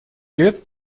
лет